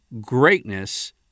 greatness